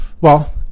Well-